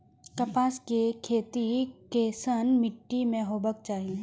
कपास के खेती केसन मीट्टी में हेबाक चाही?